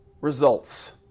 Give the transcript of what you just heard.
results